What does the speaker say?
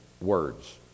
words